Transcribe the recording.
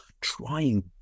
trying